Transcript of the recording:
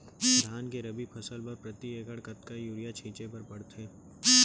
धान के रबि फसल बर प्रति एकड़ कतका यूरिया छिंचे बर पड़थे?